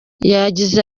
yagize